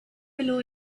below